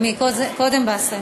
קודם באסל.